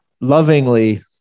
lovingly